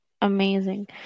amazing